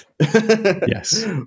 Yes